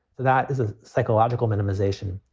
that is a psychological minimization.